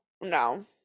No